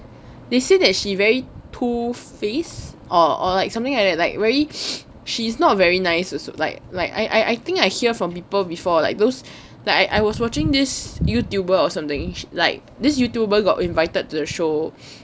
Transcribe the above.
they say that she very two faced or something like that like very she's not very nice like like I I think I hear from people before like those that I was watching this youtuber or something like this youtube got invited to the show